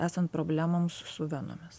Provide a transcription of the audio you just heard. esant problemoms su venomis